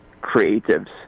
creatives